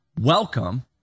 welcome